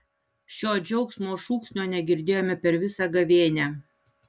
šio džiaugsmo šūksnio negirdėjome per visą gavėnią